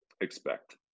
expect